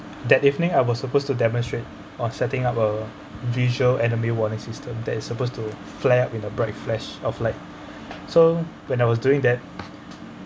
that evening I was supposed to demonstrate on setting up a visual enemy warning system that is supposed to flare up with a bright flash of light so when I was doing that